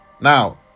Now